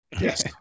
Yes